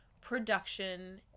production